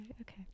okay